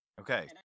okay